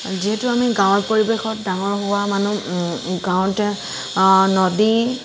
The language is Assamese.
যিহেতু আমি গাঁৱৰ পৰিৱেশত ডাঙৰ হোৱা মানুহ গাঁৱতে নদী